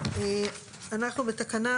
אנחנו בתקנה